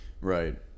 Right